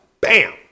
Bam